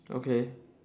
okay